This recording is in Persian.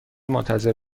منتظر